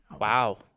Wow